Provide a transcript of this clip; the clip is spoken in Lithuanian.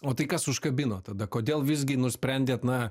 o tai kas užkabino tada kodėl visgi nusprendėt na